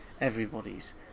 everybody's